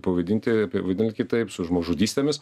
pavadinti apibūdint kitaip su žmogžudystėmis